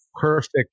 perfect